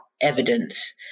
evidence